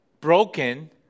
broken